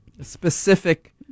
Specific